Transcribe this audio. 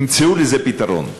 ימצאו לזה פתרון.